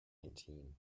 nineteen